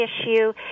issue